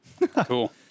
cool